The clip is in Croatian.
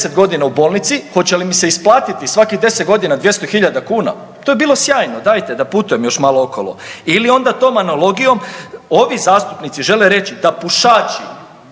godina u bolnici, hoće li mi se isplatiti svakih 10 godina 200.000 kuna? To bi bilo sjajno, dajte da putujem još malo okolo ili onda tom analogijom ovi zastupnici žele reći da pušači